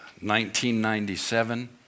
1997